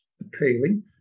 appealing